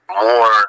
more